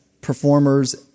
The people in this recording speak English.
performers